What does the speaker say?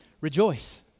rejoice